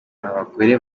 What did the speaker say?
abagore